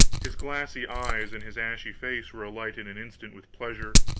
his glassy eyes and his ashy face were alight in an instant with pleasure,